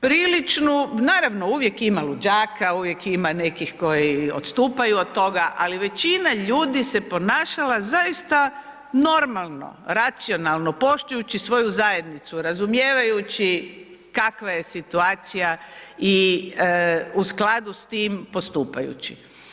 Priličnu, naravno uvijek ima luđaka, uvijek ima nekih koji odstupaju od toga, ali većina ljudi se ponašala zaista normalno, racionalno, poštujući svoju zajednicu, razumijevajući kakva je situacija i u skladu s tim postupajući.